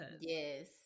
Yes